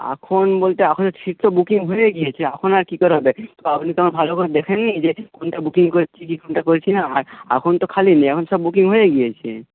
এখন বলতে এখন সিট তো বুকিং হয়ে গিয়েছে এখন আর কী করে হবে আপনি তখন ভালো করে দেখেননি যে কোনটা বুকিং করছি কি কোনটা করছি না এখন তো খালি নেই এখন তো সব বুকিং হয়ে গিয়েছে